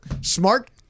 Smart